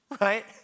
Right